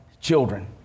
children